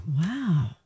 Wow